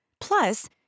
Plus